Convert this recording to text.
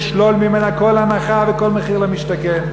לשלול ממנה כל הנחה וכל מחיר למשתכן.